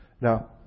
Now